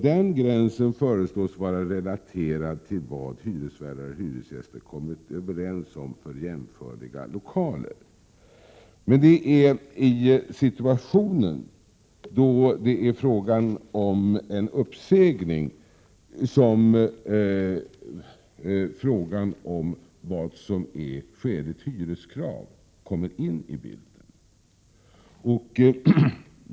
Denna gräns föreslås vara relaterad till vad hyresvärdar och hyresgäster har kommit överens om för jämförliga lokaler. Men det är i situationer när det är aktuellt med en uppsägning som frågan om vad som är skäligt hyreskrav kommer in i bilden.